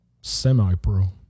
semi-pro